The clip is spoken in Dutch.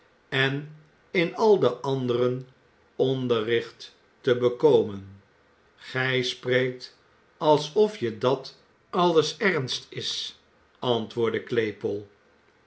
en in al de anderen onderricht te bekomen gij spreekt alsof je dat alles ernst is antwoordde claypole